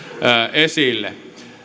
esille